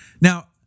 now